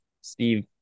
Steve